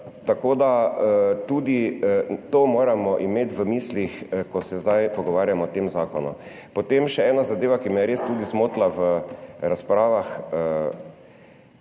naprej. Tudi to moramo imeti v mislih, ko se zdaj pogovarjamo o tem zakonu. Potem še ena zadeva, ki me je res tudi zmotila v razpravah.